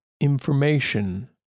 information